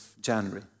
January